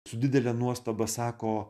su didele nuostaba sako